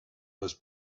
was